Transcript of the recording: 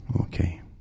Okay